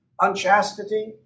unchastity